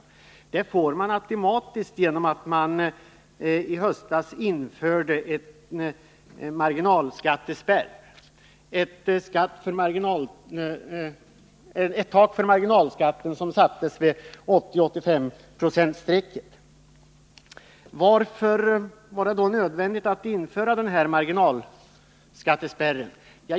Dessa lättnader får man automatiskt genom att en marginalskattespärr infördes i höstas, varvid ett tak sattes för marginalskatten vid 80-85-procentsstrecket. Varför var det då nödvändigt att införa denna marginalskattespärr?